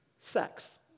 sex